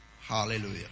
Hallelujah